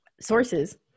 sources